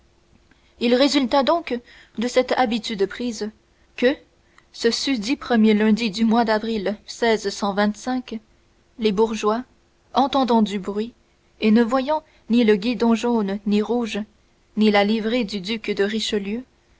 il résulta donc de cette habitude prise que ce susdit premier lundi du mois davril les bourgeois entendant du bruit et ne voyant ni le guidon jaune et rouge ni la livrée du duc de richelieu